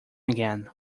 again